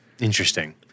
Interesting